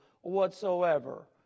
whatsoever